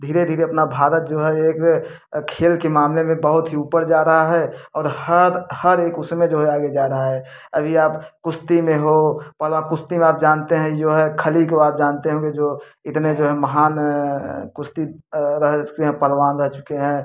धीरे धीरे अपना भारत जो है एक खेल के मामले में बहुत ही ऊपर जा रहा है और हर हर एक उसमें जो है आगे जा रहा है अभी आप कुश्ती में हो और आप कुश्ती में आप जानते हैं जो है खली को आप जानते होंगे जो इतने जो हैं महान कुश्ती रह चुके हैं पलवान रह चुके हैं